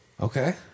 Okay